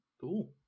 cool